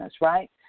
right